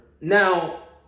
Now